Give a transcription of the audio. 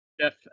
Jeff